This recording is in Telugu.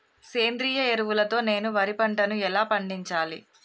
సేంద్రీయ ఎరువుల తో నేను వరి పంటను ఎలా పండించాలి?